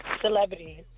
Celebrities